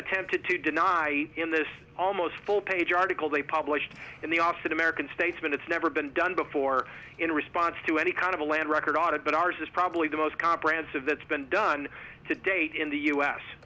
attempted to deny in this almost full page article they published in the austin american statesman it's never been done before in response to any kind of a land record on it but ours is probably the most comprehensive that's been done to date in the u